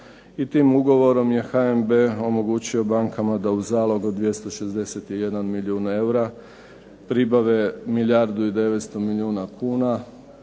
i tim ugovorom je HNB omogućio bankama da u zalog od 261 milijun eura pribave milijardu